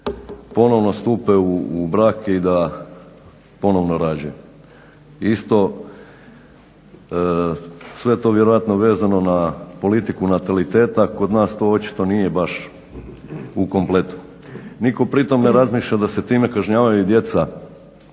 da ponovno stupe u brak i da ponovno rađaju. Isto sve je to vjerojatno vezano na politiku nataliteta, kod nas to očito nije baš u kompletu. Nitko pritom ne razmišlja da se time kažnjavaju i djeca